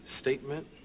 statement